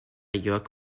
jörg